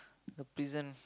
the prison